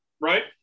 Right